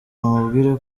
nkubwire